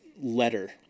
letter